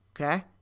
okay